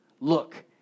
Look